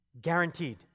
guaranteed